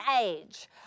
age